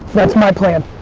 that's my plan.